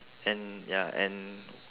and ya and